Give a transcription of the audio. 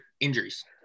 injuries